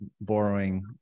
borrowing